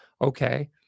okay